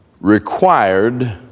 required